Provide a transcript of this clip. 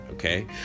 Okay